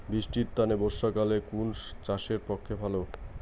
বৃষ্টির তানে বর্ষাকাল কুন চাষের পক্ষে ভালো?